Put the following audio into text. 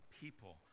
people